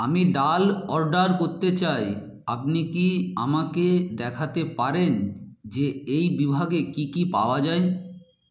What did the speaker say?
আমি ডাল অর্ডার করতে চাই আপনি কি আমাকে দেখাতে পারেন যে এই বিভাগে কি কি পাওয়া যায়